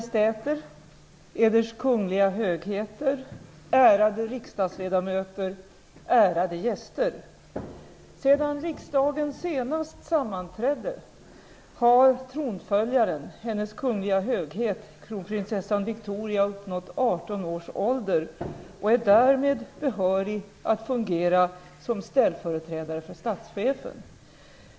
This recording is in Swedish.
Sedan riksdagen senast sammanträdde har tronföljaren Hennes Kungliga Höghet kronprinsessan Victoria uppnått 18 års ålder och är därmed behörig att fungera som ställföreträdare för statschefen.